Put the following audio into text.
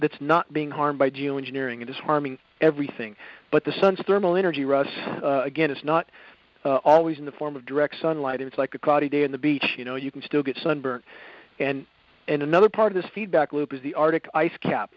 that's not being harmed by geo engineering it is harming everything but the sun's thermal energy rus again it's not always in the form of direct sunlight it's like a coffee day on the beach you know you can still get sunburn and and another part of this feedback loop is the arctic ice cap